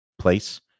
place